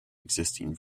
existing